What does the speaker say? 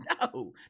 No